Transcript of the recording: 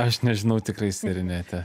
aš nežinau tikrai serinetė